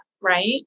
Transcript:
right